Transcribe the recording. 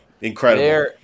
Incredible